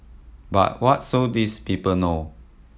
but what so these people know